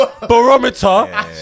barometer